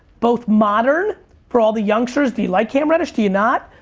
both modern for all the youngsters, do you like cam reddish, do you not?